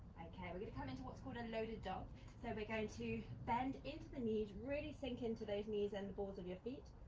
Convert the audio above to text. okay, we're going to come into what's called a loaded dog so we're going to bend into the knees, really sink into those knees and the balls of your feet.